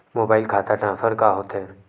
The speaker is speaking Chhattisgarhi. मोबाइल खाता ट्रान्सफर का होथे?